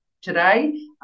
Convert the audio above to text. today